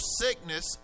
sickness